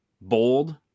bold